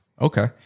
Okay